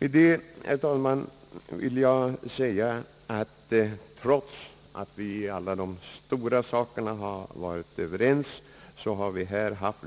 Sedan, herr talman, vill jag säga att trots att vi i alla de stora sakerna har varit överens, så har vi haft